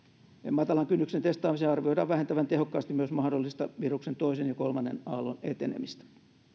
matalan kynnyksen testaamisen arvioidaan vähentävän tehokkaasti myös mahdollista viruksen toisen ja kolmannen aallon etenemistä